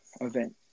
event